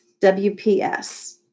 WPS